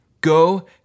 Go